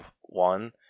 one